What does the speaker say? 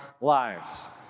lives